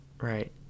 right